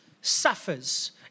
suffers